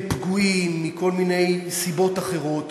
הם פגועים מכל מיני סיבות אחרות.